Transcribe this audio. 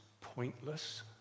pointless